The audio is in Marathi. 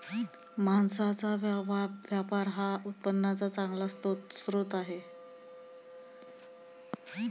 मांसाचा व्यापार हा उत्पन्नाचा चांगला स्रोत आहे